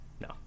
No